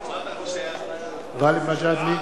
מג'אדלה,